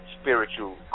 Spiritual